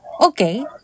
Okay